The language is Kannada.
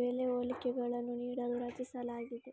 ಬೆಲೆ ಹೋಲಿಕೆಗಳನ್ನು ನೀಡಲು ರಚಿಸಲಾಗಿದೆ